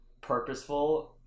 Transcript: purposeful